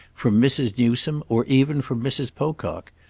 from mrs. newsome or even from mrs. pocock.